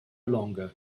longer